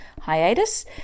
hiatus